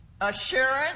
assurance